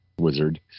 wizard